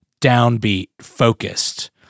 downbeat-focused